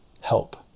Help